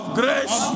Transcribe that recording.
grace